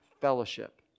fellowship